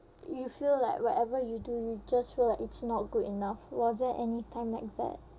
you feel like whatever you do you just feel like it's not good enough was there any time like that